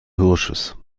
hirsches